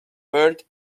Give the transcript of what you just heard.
built